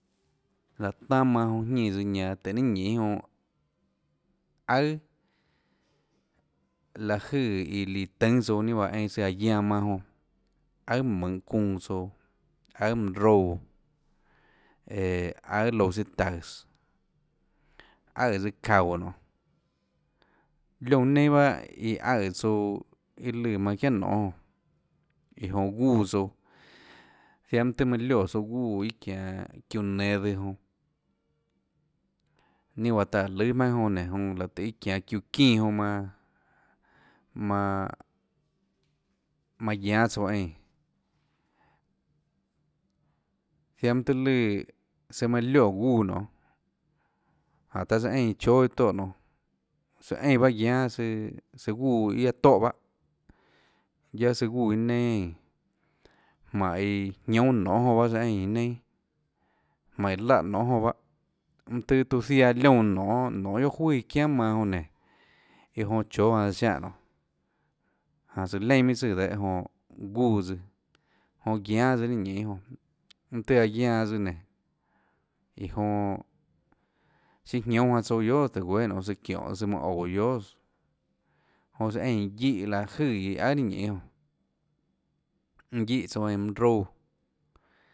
Láhå tanâ manã jonã jñínãs tùhå ninã ñinê jon aùà láhå jøè iã líã tùnâ tsouã ninâ juáhå einã tsøã guianã manã jonã aùà mønhå çuunã tsouã aùà mønã roúã õõå aùà louã tsùâ taùås aøè tsøã çaúå nonê liónã neinâ bahâ iã aøè tsouã iâ lùã manã çiánà nonê jonã iã jonã guúã tsouã ziaã mønâ tøhê manã lioè tsouã guúã iâ çianå çiúã nenå zøhå jonã ninâ juáhã taã lùâ maønâ jonã nenã jonå láhå tøhê iâ çianå çiúã çínå jonã manã manã guiánâ tsouã eínã ziaã mønâ tøhê lùã søã manã lioè guúã nonê jánhå taã tsouã eínã chóâ iâ tóhå nonê søã eínã bahâ guiánâ søã guúnã iâ aå tóhã bahâ guiaâ søã guúã iâ neinâ eínã mánhå iå jiónâ ñounê jonã bahâ søã eínã iã neinâ mánhå iã láhå nonê jonã bahâ mønâ tøhê tiuã zaiã liónãnonê nonê guiohà juøà iã çiánà manã jonã nénå iã jonã chóâ janã søã ziánhã nonê janã tsøã leinà minhà tsùã dehâ jonã guúãs jonã guiánâ tsøã ninâ ñinê jonã mønâ tøhê aã guianã tsøã nénå iã jonã siâ jñoúnâ janã tsouã guiohàs tùhå guéâ nonê tsøã çiónhå tsøã manã oúå guiohàs jonã tsøã eínã guíhã láhå jøè iã aùà iâ ñinê jonã guíhã tsouã eínã mønã roúã.